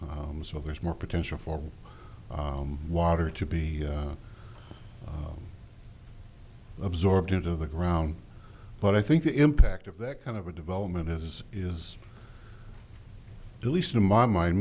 so there's more potential for water to be absorbed into the ground but i think the impact of that kind of a development is is the least in my mind